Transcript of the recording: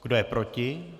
Kdo je proti?